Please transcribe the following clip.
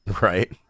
Right